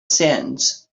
sands